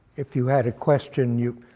if you had a question, you